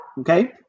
okay